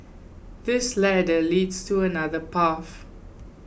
this ladder leads to another path